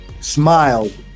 smiled